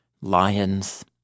lions